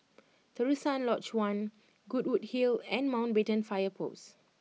Terusan Lodge One Goodwood Hill and Mountbatten Fire Post